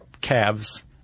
calves